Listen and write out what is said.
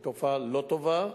היא תופעה לא טובה,